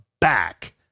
back